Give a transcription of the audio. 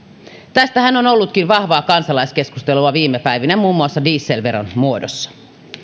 tästähän on ollutkin vahvaa kansalaiskeskustelua viime päivinä muun muassa dieselveron muodossa